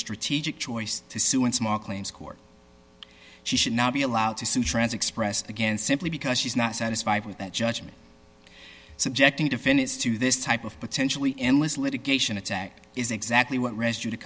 strategic choice to sue in small claims court she should not be allowed to sue trans express again simply because she's not satisfied with that judgment subjecting tiffin it's to this type of potentially endless litigation attack is exactly what rescue t